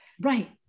Right